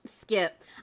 Skip